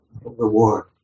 reward